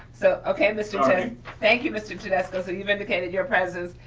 so okay mr okay thank you mr. tedesco. so you've indicated your presence.